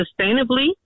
sustainably